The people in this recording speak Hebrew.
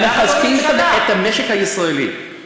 הם מחזקים את המשק הישראלי.